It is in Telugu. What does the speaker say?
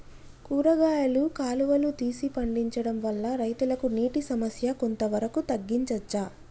కూరగాయలు కాలువలు తీసి పండించడం వల్ల రైతులకు నీటి సమస్య కొంత వరకు తగ్గించచ్చా?